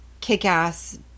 kick-ass